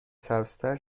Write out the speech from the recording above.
سبزتر